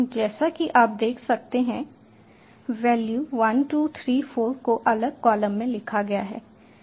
जैसा कि आप देख सकते हैं वैल्यू 1 2 3 4 को अलग कॉलम में लिखा गया है